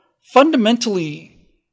fundamentally